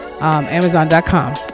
amazon.com